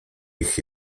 ich